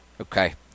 Okay